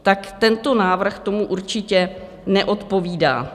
Tak tento návrh tomu určitě neodpovídá.